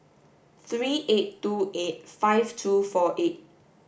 three eight two eight five two four eight